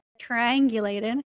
triangulated